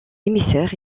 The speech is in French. émissaire